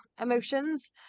emotions